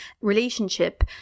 relationship